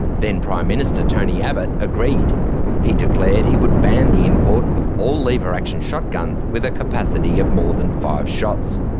then prime minister, tony abbott, agreed. he declared he would ban the import of all lever-action shotguns with a capacity of more than five shots.